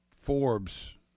Forbes